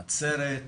נצרת,